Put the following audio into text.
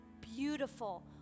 beautiful